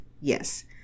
Yes